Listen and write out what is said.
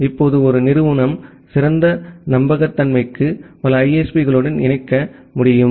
இப்போது ஒரு நிறுவனம் சிறந்த நம்பகத்தன்மைக்கு பல ISP களுடன் இணைக்க முடியும்